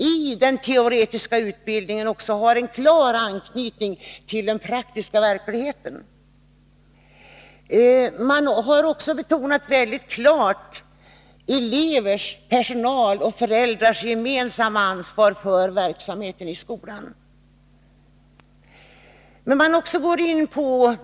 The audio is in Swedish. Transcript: I den teoretiska utbildningen måste man även ha en klar anknytning till den praktiska verkligheten. Man har i läroplanen även väldigt klart betonat elevers, personals och föräldrars gemensamma ansvar för verksamheten i skolan.